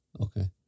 Okay